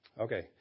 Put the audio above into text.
Okay